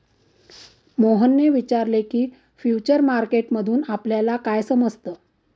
मोहनने विचारले की, फ्युचर मार्केट मधून आपल्याला काय समजतं?